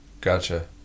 gotcha